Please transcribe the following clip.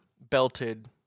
belted